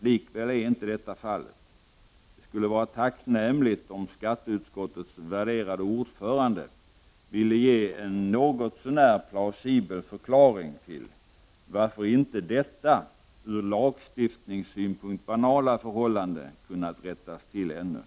Likväl är inte detta fallet. Det skulle vara tacknämligt om skatteutskottets värderade ordförande ville ge en något så när plausibel förklaring till varför inte detta från lagstiftningssynpunkt banala förhållande har kunnat rättas till ännu.